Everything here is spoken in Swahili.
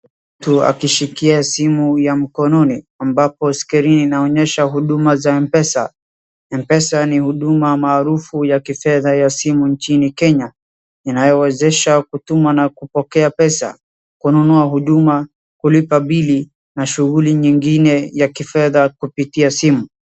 Mtu akishikia simu ya mkononi ambapo screen inaonyesha huduma za Mpesa. Mpesa ni huduma maarufu ya kifedha ya simu nchini Kenya inayowezesha kutuma na kupokea pesa kununua huduma, kulipa bili na shuguli nyingine ya kifedha kupitia simu.